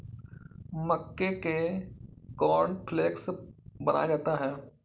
मक्के से कॉर्नफ़्लेक्स बनाया जाता है